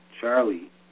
Charlie